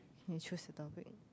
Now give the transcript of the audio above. can choose the topic